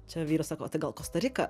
čia vyras sako o tai gal kosta rika